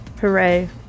hooray